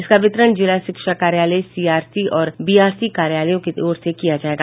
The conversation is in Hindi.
इसका वितरण जिला शिक्षा कार्यालय सीआरसी और बीआरसी कार्यालयों की ओर से किया जायेगा